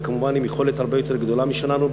וכמובן עם יכולת הרבה יותר גדולה משלנו.